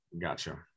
Gotcha